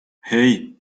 hey